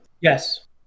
Yes